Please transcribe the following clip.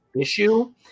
issue